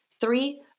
Three